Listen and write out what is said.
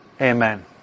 Amen